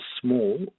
small